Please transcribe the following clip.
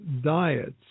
diets